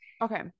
Okay